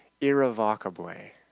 irrevocably